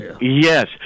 Yes